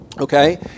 Okay